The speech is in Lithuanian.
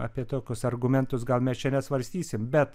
apie tokius argumentus gal mes čia nesvarstysim bet